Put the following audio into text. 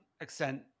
extent